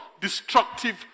destructive